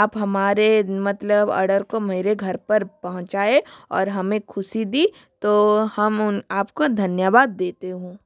आप हमारे मतलब अर्डर को मेरे घर पर पहुंचाए और हमें ख़ुशी दी तो हम उन आपका धन्यवाद देते हैं